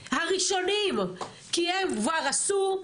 כי הם כבר עשו,